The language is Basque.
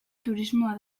turismoa